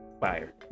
fire